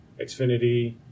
xfinity